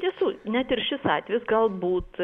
iš tiesų net ir šis atvejis galbūt